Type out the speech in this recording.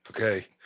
okay